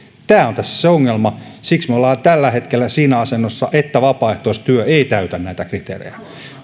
tässä se ongelma siksi me olemme tällä hetkellä siinä asennossa että vapaaehtoistyö ei täytä näitä kriteerejä